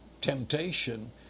temptation